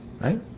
Right